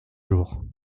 jours